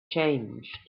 changed